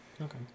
Okay